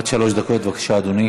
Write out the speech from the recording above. עד שלוש דקות, בבקשה, אדוני.